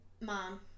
mom